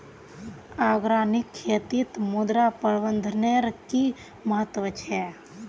organic खेतीत मृदा प्रबंधनेर कि महत्व छे